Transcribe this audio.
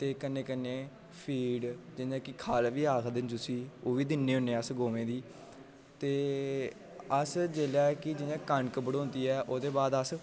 ते कन्नै कन्नै फीड जि'यां की ख'ल बी आखदे न जुस्सी ओह् बी दि'न्ने होने अस गौवें दी ते अस जेल्लै की जि'यां कनक बढोंदी ऐ ते ओह्दे बाद अस